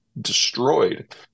destroyed